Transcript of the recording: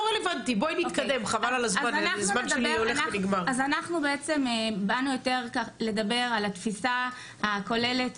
אנחנו באנו יותר לדבר על התפיסה הכוללת